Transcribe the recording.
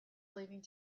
leaving